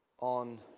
on